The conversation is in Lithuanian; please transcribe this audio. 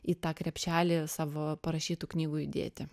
į tą krepšelį savo parašytų knygų įdėti